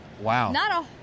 Wow